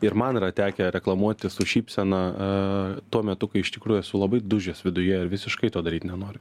ir man yra tekę reklamuoti su šypsena tuo metu kai iš tikrųjų esu labai dūžęs viduje ir visiškai to daryt nenoriu